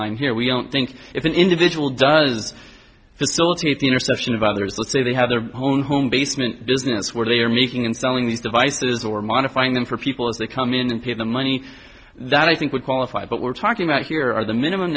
line here we don't think if an individual does facilitate the interception of others let's say they have their own home basement business where they are making and selling these devices or modifying them for people as they come in and pay the money that i think would qualify but we're talking about here are the minimum